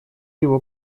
его